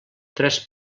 tres